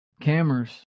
cameras